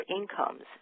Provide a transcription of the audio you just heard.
incomes